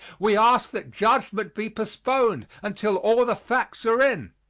we ask that judgment be postponed until all the facts are in.